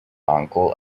uncle